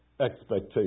expectation